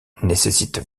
nécessite